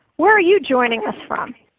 where are you joining us from?